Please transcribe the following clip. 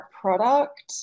product